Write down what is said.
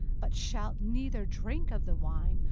but shalt neither drink of the wine,